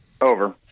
Over